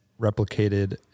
replicated